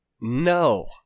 No